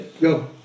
go